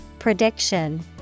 Prediction